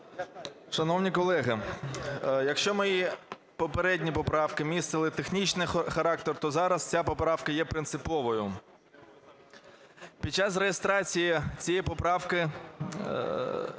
Шановні колеги, якщо мої попередні поправки містили технічний характер, то зараз ця поправка є принциповою. Під час реєстрації цієї поправки